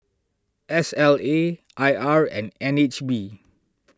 S L A I R and N H B